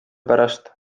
pärast